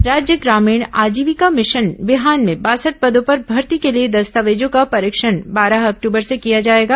राज्य ग्रामीण आजीविका मिशन बिहान में बासठ पदों पर भर्ती के लिए दस्तावेजों का परीक्षण बारह अक्टूबर से किया जाएगा